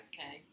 Okay